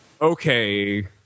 Okay